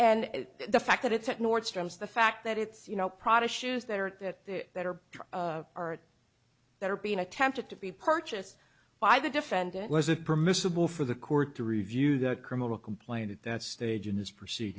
and the fact that it's at nordstrom's the fact that it's you know prada shoes that are that that are that are being attempted to be purchased by the defendant was it permissible for the court to review the criminal complaint at that stage in this proceed